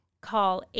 Call